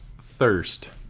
Thirst